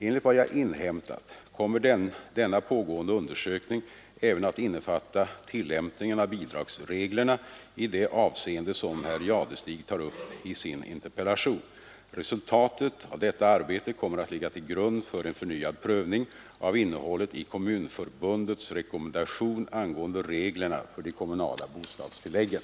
Enligt vad jag inhämtat kommer denna pågående undersökning även att innefatta tillämpningen av bidragsreglerna i det avseende som herr Jadestig tar upp i sin interpellation. Resultatet av detta arbete kommer att ligga till grund för en förnyad prövning av innehållet i Kommunförbundets rekommendation angående reglerna för de kommunala bostadstilläggen.